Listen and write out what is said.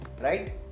Right